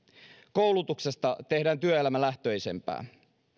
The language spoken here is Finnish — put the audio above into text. koulutuksesta tehdään työelämälähtöisempää